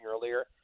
earlier